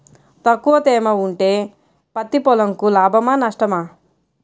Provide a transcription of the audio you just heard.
తక్కువ తేమ ఉంటే పత్తి పొలంకు లాభమా? నష్టమా?